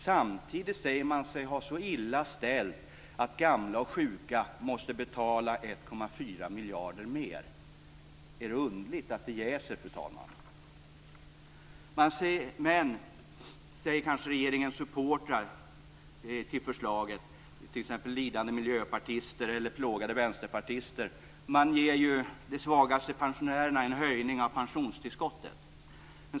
Samtidigt säger man sig ha så illa ställt att gamla och sjuka måste betala 1,4 miljarder mer. Är det underligt att det jäser? Men regeringens supportrar, t.ex. av förslaget lidande miljöpartister och plågade vänsterpartister, säger kanske att man ju ger de svagaste pensionärerna en höjning av pensionstillskottet.